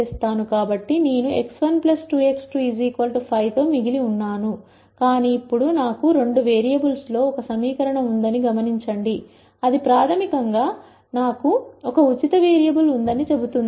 కాబట్టి నేను x1 2x2 5 తో మిగిలి ఉన్నాను కాని ఇప్పుడు నాకు రెండు వేరియబుల్స్లో ఒక సమీకరణం ఉందని గమనించండి అది ప్రాథమికంగా నాకు ఒక ఉచిత వేరియబుల్ ఉందని చెబుతుంది